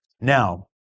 Now